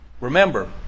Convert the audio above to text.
Remember